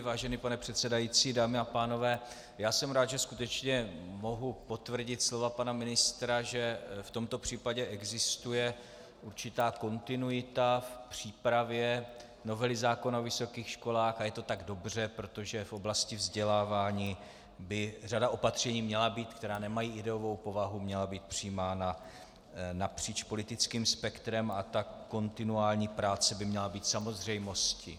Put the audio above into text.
Vážený pane předsedající, dámy a pánové, jsem rád, že skutečně mohu potvrdit slova pana ministra, že v tomto případě existuje určitá kontinuita v přípravě novely zákona o vysokých školách, a je to tak dobře, protože v oblasti vzdělávání by řada opatření, která nemají ideovou povahu, měla být přijímána napříč politickým spektrem a kontinuální práce by měla být samozřejmostí.